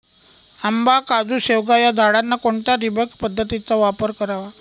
आंबा, काजू, शेवगा या झाडांना कोणत्या ठिबक पद्धतीचा वापर करावा?